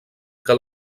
que